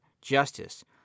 justice